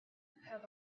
had